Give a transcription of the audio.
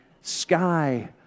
sky